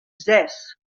zes